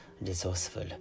resourceful